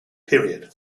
period